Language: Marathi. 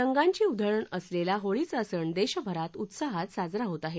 रंगांची उधळण असलेला होळीचा सण देशभरात उत्साहात साजरा होत आहे